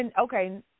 Okay